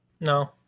No